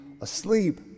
asleep